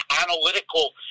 analytical